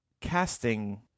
casting